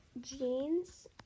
jeans